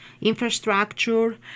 Infrastructure